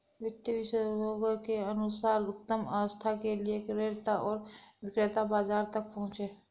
वित्त विशेषज्ञों के अनुसार उत्तम आस्था के लिए क्रेता और विक्रेता बाजार तक पहुंचे